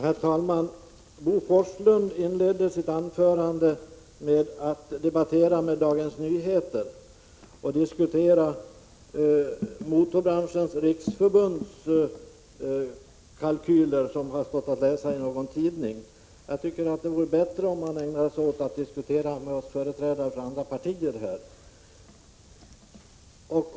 Herr talman! Bo Forslund inledde sitt anförande med att debattera Dagens Nyheter och diskutera Motorbranschens riksförbunds kalkyler, som det har stått att läsa om i någon tidning. Det vore bättre om han ägnade sig åt att debattera med oss företrädare för andra partier.